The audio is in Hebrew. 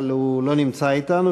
אבל הוא לא נמצא אתנו,